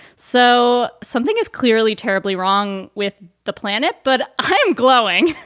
so something is clearly terribly wrong with the planet. but i'm glowing.